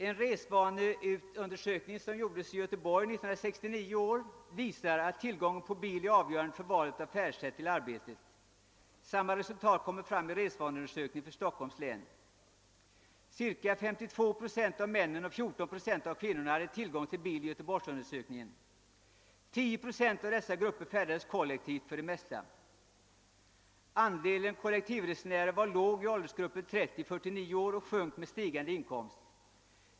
En resvaneundersökning som gjordes i Göteborg år 1969 visar att tillgång på bil är avgörande för valet av färdsätt till arbetet. Samma resultat kommer fram vid en resvaneundersökning för Stockholms län. Cirka 932 procent av männen och 14 procent av kvinnorna hade tillgång till bil enligt Göteborgsundersökningen. Tio procent av dessa grupper färdades för det mesta kollektivt. Andelen kollektivresenärer var låg i åldersgruppen 30—49 år och sjönk med stigande inkomst.